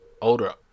older